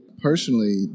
personally